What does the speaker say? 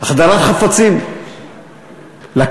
על החדרת חפצים לכלא,